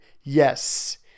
Yes